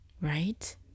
right